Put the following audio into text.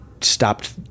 stopped